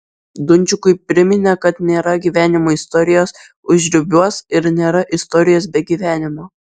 dunčikui priminė kad nėra gyvenimo istorijos užribiuos ir nėra istorijos be gyvenimo